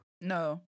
No